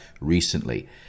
recently